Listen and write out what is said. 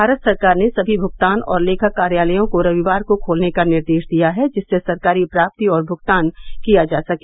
भारत सरकार ने सभी भ्गतान और लेखा कार्यालयों को रविवार को खोलने का निर्देश दिया है जिससे सरकारी प्राप्ति और भुगतान किया जा सके